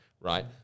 right